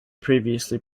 previously